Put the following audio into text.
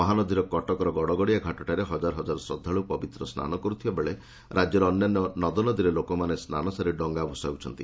ମହାନଦୀର କଟକର ଗଡଗଡିଆ ଘାଟ ଠାରେ ମହାନଦୀରେ ହଜାର ହଜାର ଶ୍ରଦ୍ଧାଳୁ ପବିତ୍ରସ୍ନାନ କରିଥିବାବେଳେ ରାଜ୍ୟର ଅନ୍ୟାନ୍ୟ ନଦନଦୀରେ ଲୋକମାନେ ସ୍ନାନସାରିଡଙ୍ଗା ଭସାଉ ଛନ୍ତି